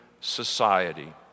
society